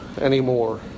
anymore